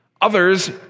Others